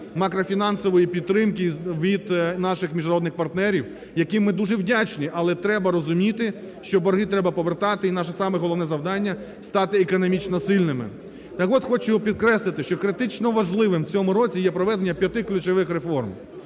макрофінансової підтримки, від наших міжнародних партнерів, яким ми дуже вдячні, але треба розуміти, що борги треба повертати, і наше саме головне завдання – стати економічно сильними. Так от, хочу підкреслити, що критично важливим у цьому році є проведення п'яти ключових реформ,